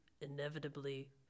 inevitably